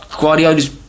Guardiola's